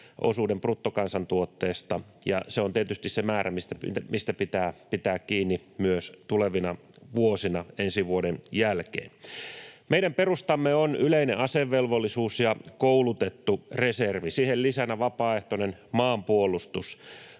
osuuden bruttokansantuotteesta, ja se on tietysti se määrä, mistä pitää pitää kiinni myös tulevina vuosina ensi vuoden jälkeen. Meidän perustamme on yleinen asevelvollisuus ja koulutettu reservi, siihen lisänä vapaaehtoinen maanpuolustus.